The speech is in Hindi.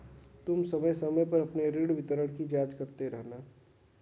तुम समय समय पर अपने ऋण विवरण की जांच करते रहना